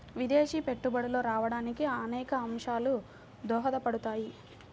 విదేశీ పెట్టుబడులు రావడానికి అనేక అంశాలు దోహదపడుతుంటాయి